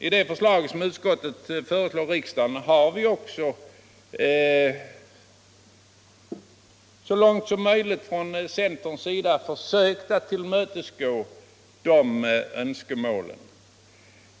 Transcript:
I det förslag som utskottet förelägger riksdagen har vi också så långt möjligt från centerns sida försökt tillmötesgå detta önskemål.